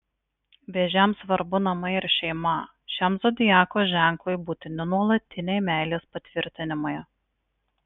vėžiams svarbu namai ir šeima šiam zodiako ženklui būtini nuolatiniai meilės patvirtinimai